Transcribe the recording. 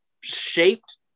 shaped